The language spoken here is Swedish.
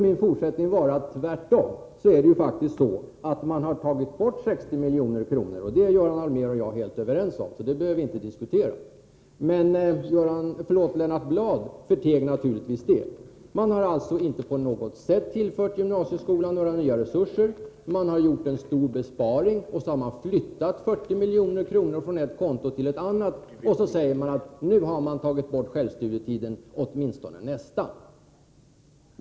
Min fortsättning skulle då bli: Tvärtom. Socialdemokraterna har faktiskt tagit bort 60 milj.kr. Det är Göran Allmér och jag helt överens om, så det behöver vi inte diskutera. Men Lennart Bladh förteg naturligtvis det. Socialdemokraterna har alltså inte på något sätt tillfört gymnasieskolan några nya resurser. Man har gjort en stor besparing och flyttat 40 milj.kr. från ett konto till ett annat. Sedan säger socialdemokraterna: Nu har vi tagit bort självstudietiden, åtminstone nästan.